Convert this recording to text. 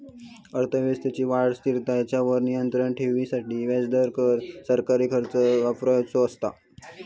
अर्थव्यवस्थेची वाढ, स्थिरता हेंच्यावर नियंत्राण ठेवूसाठी व्याजदर, कर, सरकारी खर्च वापरुचो असता